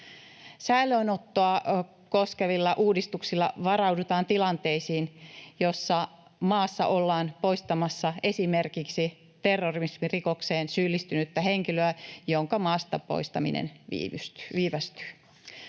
Säilöönottoa koskevilla uudistuksilla varaudutaan tilanteisiin, joissa maasta ollaan poistamassa esimerkiksi terrorismirikokseen syyllistynyttä henkilöä, jonka maasta poistaminen viivästyy.